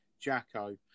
Jacko